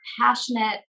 passionate